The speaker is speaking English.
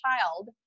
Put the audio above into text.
child